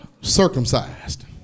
circumcised